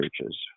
churches